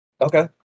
Okay